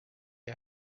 est